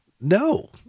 no